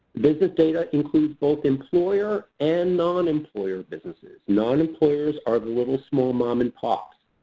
business data includes both employer and non-employer businesses. non-employers are the little, small mom-and-pops,